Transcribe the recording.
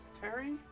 Terry